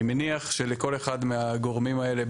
אני מניח שלכל אחד מהגורמים האלה,